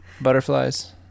butterflies